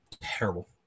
Terrible